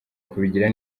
kubigira